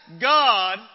God